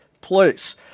place